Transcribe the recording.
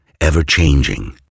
ever-changing